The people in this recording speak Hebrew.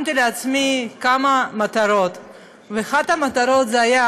התשע"ז 2017, גם היא בתמיכת הממשלה,